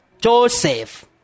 Joseph